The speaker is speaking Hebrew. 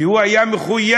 כי הוא היה מחויב,